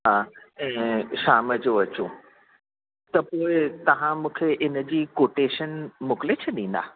हा शाम जो अचूं त पोइ तव्हां मूंखे इन जी कोटेशन मोकिले छॾींदा